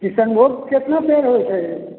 किसनभोग केतना पेड़ हो जेतै